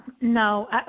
no